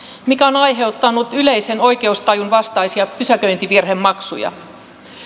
mikä on aiheuttanut yleisen oikeustajun vastaisia pysäköintivirhemaksuja